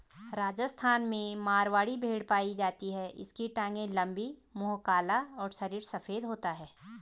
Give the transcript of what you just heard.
राजस्थान में मारवाड़ी भेड़ पाई जाती है इसकी टांगे लंबी, मुंह काला और शरीर सफेद होता है